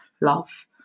love